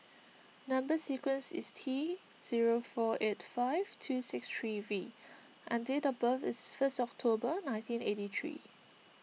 Number Sequence is T zero four eight five two six three V and date of birth is first October nineteen eighty three